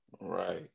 Right